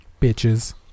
bitches